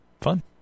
Fun